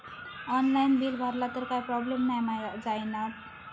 Online bill भरला तर काय प्रोब्लेम नाय मा जाईनत?